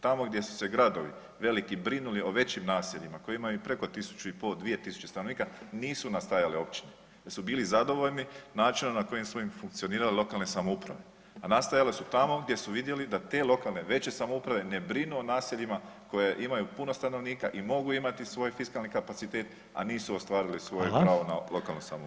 Tamo gdje su se gradovi veliki brinuli o većim naseljima koji imaju preko 1.500, 2.000 stanovnika nisu nastajale općine jel su bili zadovoljni načinom na koji su im funkcionirale lokalne samouprave, a nastajale su tamo gdje su vidjeli da te lokalne veće samouprave ne brinu o naseljima koja imaju puno stanovnika i mogu imati svoj fiskalni kapacitet, a nisu ostvarili svoje pravo na lokalnu samoupravu.